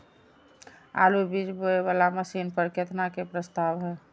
आलु बीज बोये वाला मशीन पर केतना के प्रस्ताव हय?